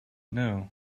know